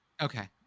okay